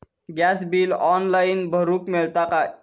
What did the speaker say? Gas bill online भरुक मिळता काय?